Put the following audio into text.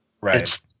right